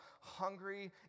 hungry